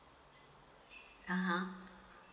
(uh huh)